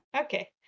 Okay